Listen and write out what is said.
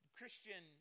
christian